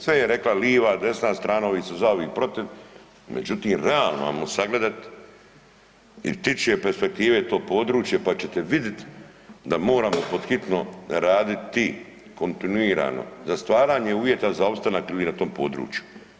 Sve je rekla liva, desna strana, ovi su za, ovi protiv, međutim, realno, ajmo sagledati iz ptičje perspektive to područje pa ćete vidjeti da moramo pod hitno raditi kontinuirano za stvaranje uvjeta za opstanak ljudi na tom području.